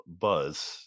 buzz